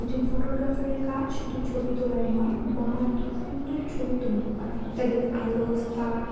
একজন ফটোগ্রাফারের কাজ শুধু ছবি তোলায় নয় বরং একটা সুন্দর ছবি তৈরি করা তাদের আলো সান